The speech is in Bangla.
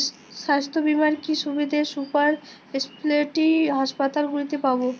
স্বাস্থ্য বীমার কি কি সুবিধে সুপার স্পেশালিটি হাসপাতালগুলিতে পাব?